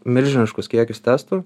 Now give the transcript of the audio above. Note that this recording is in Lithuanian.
milžiniškus kiekius testų